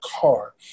car